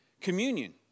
Communion